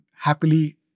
happily